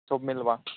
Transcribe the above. ସବୁ ମିଲବା